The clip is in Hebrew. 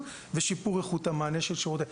ושיפור איכות המענה של שירותי העירייה".